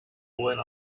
went